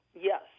Yes